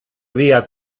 vía